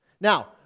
Now